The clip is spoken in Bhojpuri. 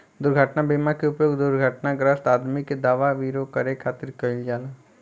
दुर्घटना बीमा के उपयोग दुर्घटनाग्रस्त आदमी के दवा विरो करे खातिर कईल जाला